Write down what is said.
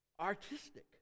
Artistic